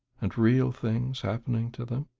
and real things happening to them.